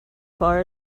far